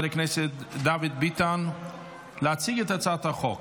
הכנסת דוד ביטן להציג את הצעת החוק.